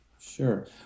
Sure